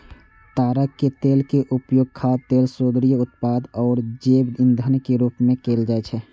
ताड़क तेल के उपयोग खाद्य तेल, सौंदर्य उत्पाद आ जैव ईंधन के रूप मे कैल जाइ छै